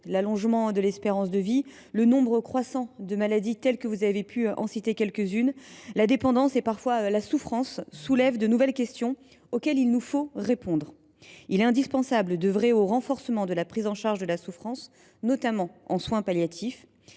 L’allongement de l’espérance de vie, le nombre croissant de maladies – vous en avez cité certaines –, la dépendance et parfois la souffrance des malades soulèvent de nouvelles questions auxquelles il nous faut répondre. S’il est indispensable d’œuvrer au renforcement de la prise en charge de la souffrance, notamment en soins palliatifs,